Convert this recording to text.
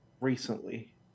recently